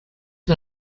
una